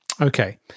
Okay